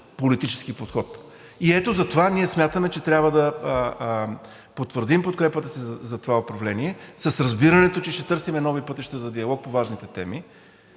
политически подход. И ето затова ние смятаме, че трябва да потвърдим подкрепата си за това управление с разбирането, че ще търсим нови пътища за диалог по важните теми